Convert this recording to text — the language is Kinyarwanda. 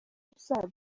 musanze